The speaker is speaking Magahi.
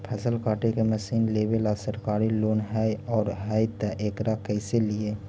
फसल काटे के मशीन लेबेला सरकारी लोन हई और हई त एकरा कैसे लियै?